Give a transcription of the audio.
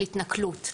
של התנכלות.